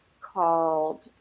called